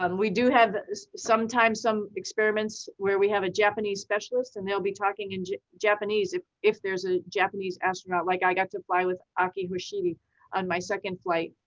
um we do have sometimes some experiments, where we have a japanese specialist and they'll be talking in japanese if if there's a japanese astronaut, like i got to fly with akihiko hoshide on my second flight.